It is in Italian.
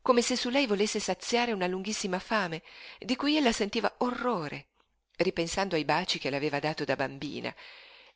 come se su lei volesse saziare una lunghissima fame di cui ella sentiva orrore ripensando ai baci che le aveva dato da bambina